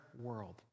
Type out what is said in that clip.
world